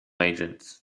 agents